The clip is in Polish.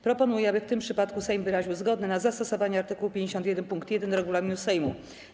Proponuję, aby w tym przypadku Sejm wyraził zgodę na zastosowanie art. 51 pkt 1 regulaminu Sejmu.